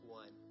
one